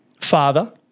father